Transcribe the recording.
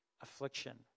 affliction